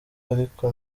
ariko